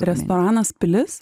restoranas pilis